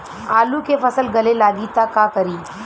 आलू के फ़सल गले लागी त का करी?